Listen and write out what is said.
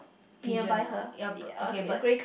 pigeon ah ya b~ okay bird